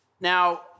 Now